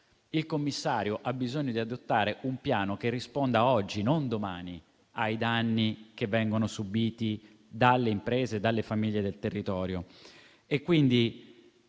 Il Commissario ha bisogno di adottare un piano che risponda oggi e non domani ai danni che vengono subiti dalle imprese e dalle famiglie del territorio.